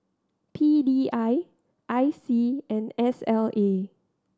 P D I I C and S L A